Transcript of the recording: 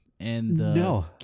No